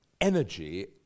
energy